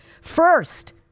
First